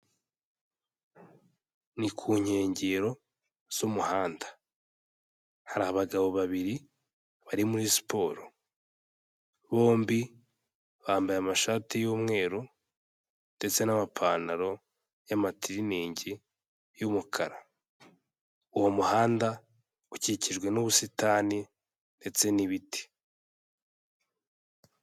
Ni ku nkengero z'umuhanda, hari abagabo babiri bari muri siporo, bombi bambaye amashati y'umweru ndetse n'amapantaro y'amatiriningi y'umukara, uwo muhanda ukikijwe n'ubusitani ndetse n'ibiti.